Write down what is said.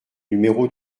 numéro